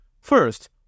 First